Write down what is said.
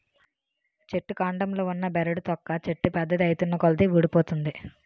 చెట్టు కాండంలో ఉన్న బెరడు తొక్క చెట్టు పెద్దది ఐతున్నకొలది వూడిపోతుంది